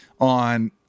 on